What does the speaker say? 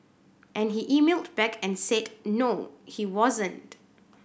and he emailed back and said no he wasn't